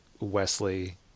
Wesley